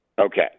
Okay